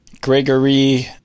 Gregory